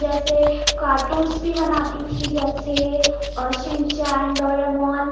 जैसे कार्टून्स भी बनाती थी जैसे शिन चैन डोरेमौन